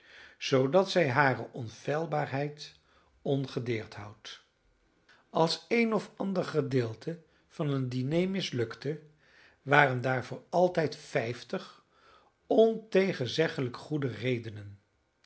zoodat zij hare onfeilbaarheid ongedeerd houdt als een of ander gedeelte van een diner mislukte waren daarvoor altijd vijftig ontegenzeggelijk goede redenen